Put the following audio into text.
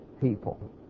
people